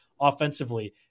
offensively